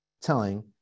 telling